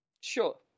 Sure